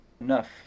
enough